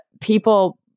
people